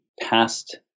past